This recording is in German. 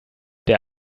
der